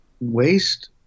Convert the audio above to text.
waste